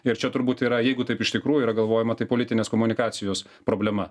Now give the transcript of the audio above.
ir čia turbūt yra jeigu taip iš tikrųjų yra galvojama tai politinės komunikacijos problema